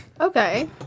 Okay